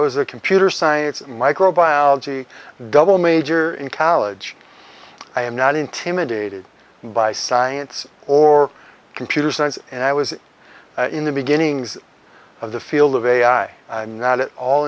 was a computer science microbiology double major in college i am not intimidated by science or computer science and i was in the beginnings of the field of ai i'm not at all